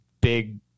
big